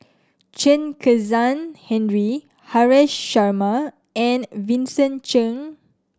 Chen Kezhan Henri Haresh Sharma and Vincent Cheng